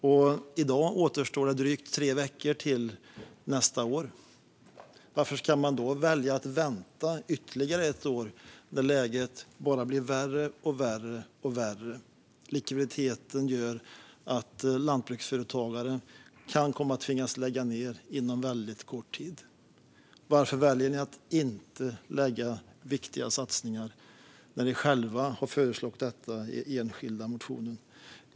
I dag återstår det drygt tre veckor till nästa år. Varför ska man då välja att vänta ytterligare ett år, när läget bara blir värre och värre? Likviditeten gör att lantbruksföretagare kan komma att tvingas lägga ned inom väldigt kort tid. Varför väljer ni att inte lägga viktiga satsningar när ni själva har föreslagit det i enskilda motioner?